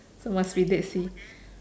so must be dead sea